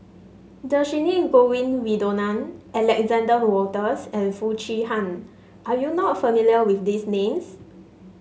Dhershini Govin Winodan Alexander Wolters and Foo Chee Han are you not familiar with these names